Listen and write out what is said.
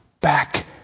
back